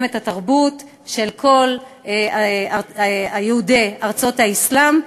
את התרבות של כל יהודי ארצות האסלאם,